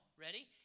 ready